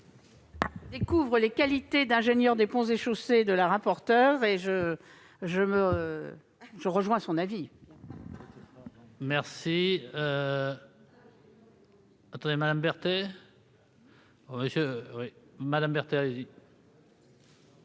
Je découvre les qualités d'ingénieur des Ponts et Chaussées de Mme le rapporteur et je me joins à son avis. La